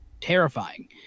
terrifying